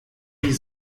die